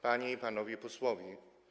Panie i Panowie Posłowie!